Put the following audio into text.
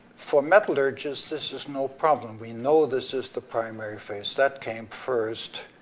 for metallurgists, this is no problem, we know this is the primary phase, that came first,